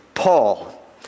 Paul